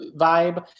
vibe